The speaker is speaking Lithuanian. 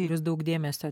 ir daug dėmesio